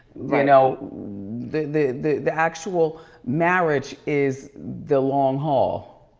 you know the the actual marriage is the long haul.